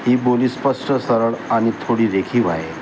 ही बोली स्पष्ट सरळ आणि थोडी रेखीव आहे